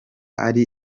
ari